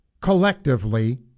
collectively